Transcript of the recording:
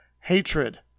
hatred